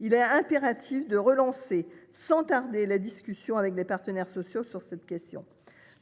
Il est impératif de relancer sans tarder les discussions avec les partenaires sociaux sur cette question.